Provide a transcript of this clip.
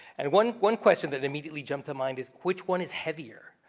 and one one question that immediately jumped to mind is which one is heavier?